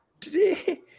today